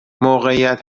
موقعیت